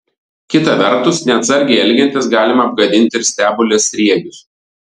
kita vertus neatsargiai elgiantis galima apgadinti ir stebulės sriegius